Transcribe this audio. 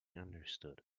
understood